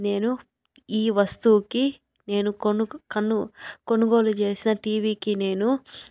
నేను ఈ వస్తువుకి నేను కొనుకు కను కొనుగోలు చేసిన టీవీకి నేను